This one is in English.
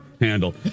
handle